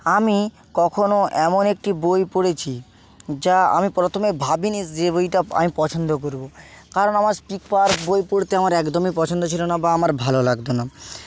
আমি কখনো এমন একটি বই পড়েছি যা আমি প্রথমে ভাবি নি যে বইটা আমি পছন্দ করবো কারণ আমার স্পিক পাওয়ার বই পড়তে আমার একদমই পছন্দ ছিলো না বা আমার ভালো লাগত না